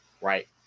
right